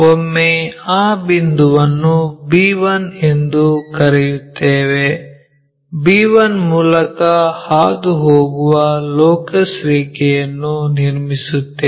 ಒಮ್ಮೆ ಆ ಬಿಂದುವನ್ನು b1 ಎಂದು ಕರೆಯುತ್ತೇವೆ b1 ಮೂಲಕ ಹಾದುಹೋಗುವ ಲೋಕಸ್ ರೇಖೆಯನ್ನು ನಿರ್ಮಿಸುತ್ತೇವೆ